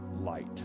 light